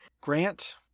grant